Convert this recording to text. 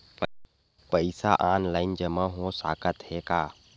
पईसा ऑनलाइन जमा हो साकत हे का?